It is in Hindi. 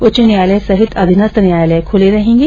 उच्च न्यायालय सहित अधीनस्थ न्यायालय खुले रहेंगे